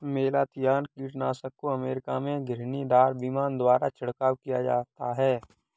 malathion कीटनाशक को America में घिरनीदार विमान द्वारा छिड़काव किया जाता है